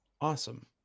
Awesome